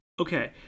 okay